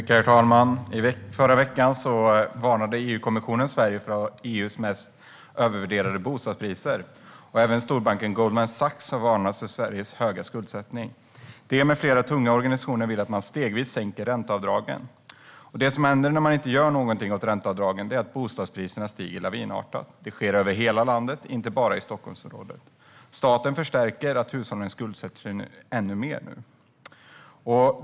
Herr talman! Förra veckan varnade EU-kommissionen Sverige för att vi har EU:s största övervärdering vad gäller bostadspriser. Även storbanken Goldman Sachs har varnat för Sveriges höga skuldsättning. De, med flera tunga organisationer, vill att man stegvis sänker ränteavdragen. Det som händer när man inte gör någonting åt ränteavdragen är att bostadspriserna stiger lavinartat. Det sker över hela landet, inte bara i Stockholmsområdet. Staten förstärker hushållens allt större skuldsättning.